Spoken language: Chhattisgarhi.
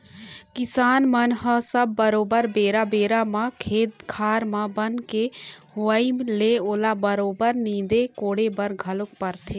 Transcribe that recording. किसान मन ल सब बरोबर बेरा बेरा म खेत खार म बन के होवई ले ओला बरोबर नींदे कोड़े बर घलोक परथे